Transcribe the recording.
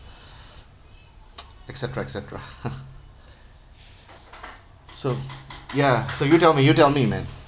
et cetera et cetera so ya so you tell me you tell me man